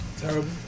Terrible